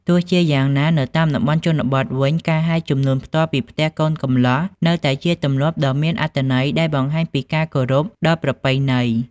ទោះជាយ៉ាងណា នៅតាមតំបន់ជនបទវិញ ការហែជំនូនផ្ទាល់ពីផ្ទះកូនកំលោះ នៅតែជាទម្លាប់ដ៏មានអត្ថន័យដែលបង្ហាញពីការគោរពដល់ប្រពៃណី។